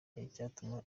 igituma